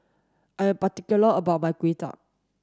I'm particular about my Kuay Chap